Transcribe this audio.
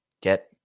Get